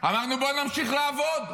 אמרנו: בואו נמשיך לעבוד.